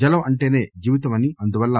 జలం ఉంటేనే జీవితంమని అందువల్ల